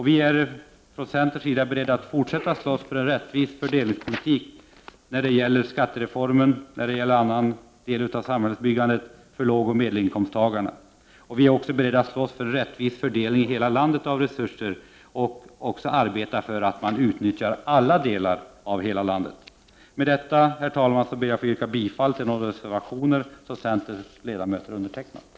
Vi är från centerns sida beredda på att fortsätta att slåss för en rättvis fördelningspolitik för lågoch medelinkomsttagarna när det gäller skattereformen och andra delar av samhällsbyggandet. Vi är också beredda att slåss för en rättvis fördelning av resurser i hela landet och att arbeta för att alla delar av landet nyttjas. Med detta, herr talman, ber jag att få yrka bifall till de reservationer som centerns ledamöter har undertecknat.